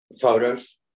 photos